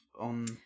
on